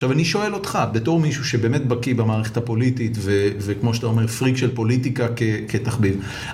עכשיו, אני שואל אותך, בתור מישהו שבאמת בקיא במערכת הפוליטית וכמו שאתה אומר, פריק של פוליטיקה כתחביב.